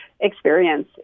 experience